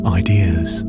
ideas